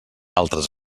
altres